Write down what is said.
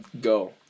Go